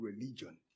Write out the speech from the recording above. religion